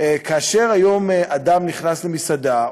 כאשר היום אדם נכנס למסעדה,